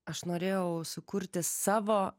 aš norėjau sukurti savo